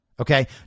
Okay